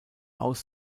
aus